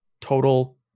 total